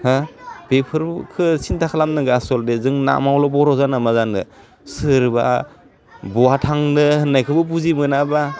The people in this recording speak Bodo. होह बेफोरखौ सिन्था खालामनांगौ आसलथे जों नामावल' बर' जाना मा जानो सोरबा बहा थांनो होन्नायखौबो बुजि मोनाबा